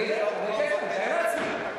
כן, כן, אני יודע, אני מתאר לעצמי.